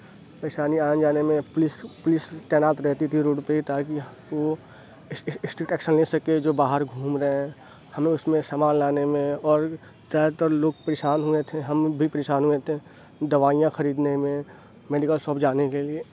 پریشانیاں آنے جانے میں پولیس پولیس تعینات رہتی تھی روڈ پہ تاکہ وہ اسٹرکٹ ایکشن لے سکے جو باہر گھوم رہے ہیں ہمیں اُس میں سامان لانے میں اور زیادہ تر لوگ پریشان ہوئے تھے ہم بھی پریشان ہوئے تھے دوائیاں خریدنے میں میڈیکل شاپ جانے کے لیے